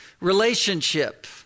relationship